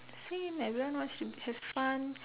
same everyone wants to have fun